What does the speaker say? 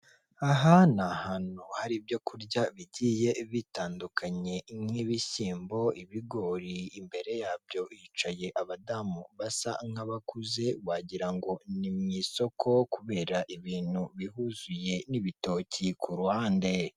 Aha ni hantu hari ibyo kurya bigiye bitandukanye nk'ibishyimbo, ibigori, imbere yabyo hicaye abadamu basa nk'abakuze wagira ngo ni mu isoko, kubera ibintu bihuzuye n'ibitoki ku ruhande.